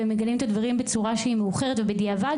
ולגלות את הדברים בצורה מאוחרת ובדיעבד,